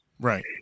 Right